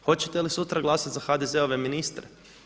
Hoćete li sutra glasati za HDZ-ove ministre?